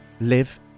live